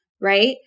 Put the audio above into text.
Right